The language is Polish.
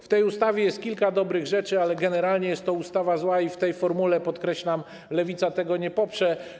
W tej ustawie jest kilka dobrych rzeczy, ale generalnie jest to ustawa zła i w tej formule, podkreślam, Lewica tego nie poprze.